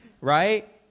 right